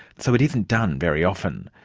so it isn't done very often.